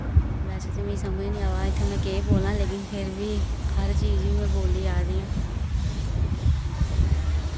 बैसे ते मी समझ निं आवा दी इत्थै मैं केह् बोल्लां लेकिन फिर बी हर चीज मैं बोल्ली जा निं आं